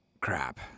Crap